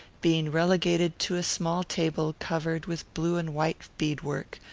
being relegated to a small table covered with blue and white beadwork,